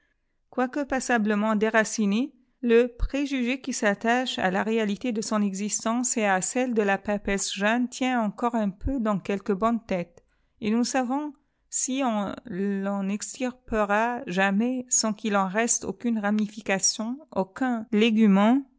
quoique passablement déraciné le préjugé qui s'attache à la réalité de son existence et à celle de la papesse jeanne tient encore un peu dans quelques bonnes tètes et nous ne savons si on l'en extirpera jamais sans qu'il en reste aucune ramification ucun tégument